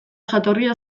jatorria